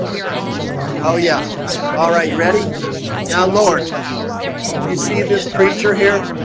ah ah oh yeah, all right you ready now lord you see this creature here